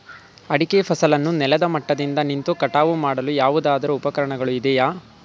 ಅಡಿಕೆ ಫಸಲನ್ನು ನೆಲದ ಮಟ್ಟದಿಂದ ನಿಂತು ಕಟಾವು ಮಾಡಲು ಯಾವುದಾದರು ಉಪಕರಣ ಇದೆಯಾ?